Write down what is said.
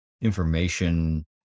Information